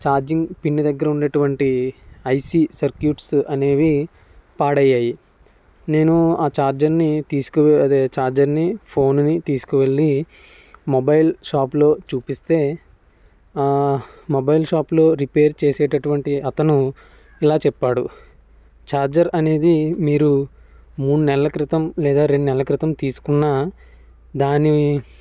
charging pin దగ్గర ఉన్నటువంటి IC circuits అనేవి పాడయ్యాయి నేను ఆ ఛార్జర్ని తీసుకు అదే ఛార్జర్ని ఫోన్ని తీసుకువెళ్ళి మొబైల్ షాప్లో చూపిస్తే మొబైల్ షాప్లో రిపేర్ చేసేటటువంటి అతను ఇలా చెప్పాడు ఛార్జర్ అనేది మీరు మూడు నెలల క్రితం లేదా రెండు నెలల క్రితం తీసుకున్న దాని